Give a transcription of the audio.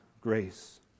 grace